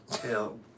Hell